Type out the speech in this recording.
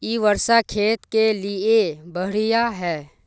इ वर्षा खेत के लिए बढ़िया है?